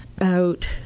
out